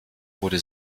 wurde